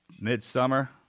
Midsummer